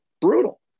brutal